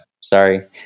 Sorry